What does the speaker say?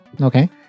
Okay